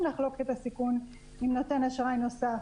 לחלוק את הסיכון עם מתן אשראי נוסף.